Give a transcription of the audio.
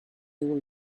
will